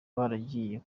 baragiye